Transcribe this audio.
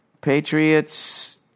Patriots